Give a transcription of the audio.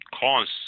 cause